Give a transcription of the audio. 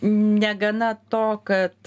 negana to kad